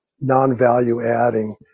non-value-adding